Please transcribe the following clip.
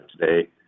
today